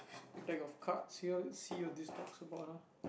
deck of cards here see what this talks about ah